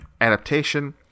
Adaptation